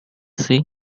she